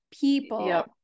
people